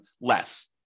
less